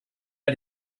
are